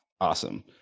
awesome